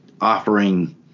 offering